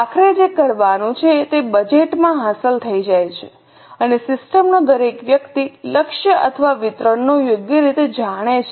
આખરે જે કરવાનું છે તે બજેટ માં હાંસલ થઈ જાય છે અને સિસ્ટમનો દરેક વ્યક્તિ લક્ષ્ય અથવા વિતરણને યોગ્ય રીતે જાણે છે